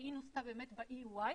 והיא נוסתה באמת באי וייט.